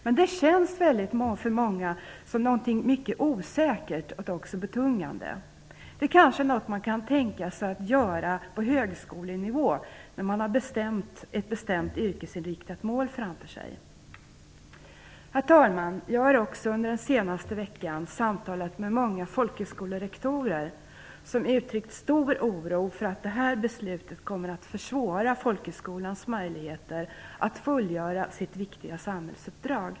Men det känns för många som mycket osäkert och betungande. Det kanske man kan tänka sig att göra på högskolenivå, när man har ett bestämt yrkesinriktat mål framför sig. Herr talman! Jag har också under de senaste veckan samtalat med många folkhögskolerektorer, som uttryckt stor oro för att det här beeslutet kommer att försvåra folkhögskolans möjligheter att fullgöra sitt viktiga samhällsuppdrag.